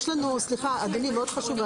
יש לנו, סליחה אדוני, מאוד חשוב.